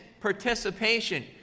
participation